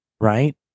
Right